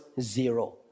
zero